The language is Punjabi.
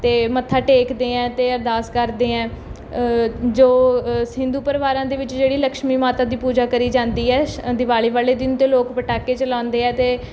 ਅਤੇ ਮੱਥਾ ਟੇਕਦੇ ਹੈ ਅਤੇ ਅਰਦਾਸ ਕਰਦੇ ਹੈ ਜੋ ਸ ਹਿੰਦੂ ਪਰਿਵਾਰਾਂ ਦੇ ਵਿੱਚ ਜਿਹੜੀ ਲਕਸ਼ਮੀ ਮਾਤਾ ਦੀ ਪੂਜਾ ਕਰੀ ਜਾਂਦੀ ਹੈ ਸ ਅ ਦੀਵਾਲੀ ਵਾਲੇ ਦਿਨ 'ਤੇ ਲੋਕ ਪਟਾਕੇ ਚਲਾਉਂਦੇ ਹੈ ਅਤੇ